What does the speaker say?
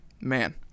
Man